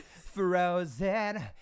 frozen